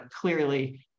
clearly